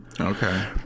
Okay